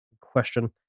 question